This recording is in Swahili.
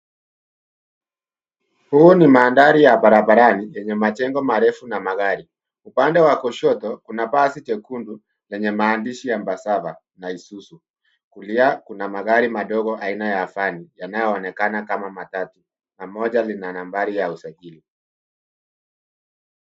Huu ni mandhari ya barabarani yenye majengo marefu na magari. Upande wa kushoto kuna basi jekundu lenye maandishi Embassava na Isuzu. Kulia kuna magari madogo aina ya vani yanayoonekana kama matatu na moja lina nambari ya usajili.